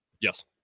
yes